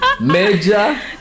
Major